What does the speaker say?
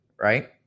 Right